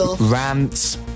rants